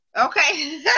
Okay